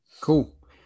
Cool